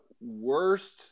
worst